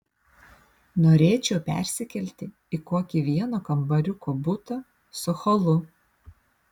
norėčiau persikelti į kokį vieno kambariuko butą su holu